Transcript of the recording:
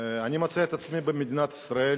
אני מוצא את עצמי במדינת ישראל,